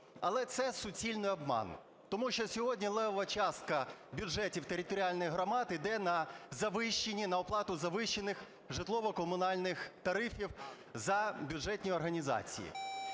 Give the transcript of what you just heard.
Але це суцільний обман. Тому що сьогодні левова частка бюджетів територіальних громад іде на завищені, на оплату завищених житлово-комунальних тарифів за бюджетні організації.